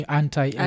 anti